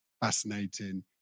fascinating